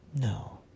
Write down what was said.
No